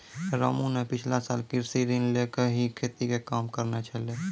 रामू न पिछला साल कृषि ऋण लैकॅ ही खेती के काम करनॅ छेलै